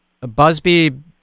Busby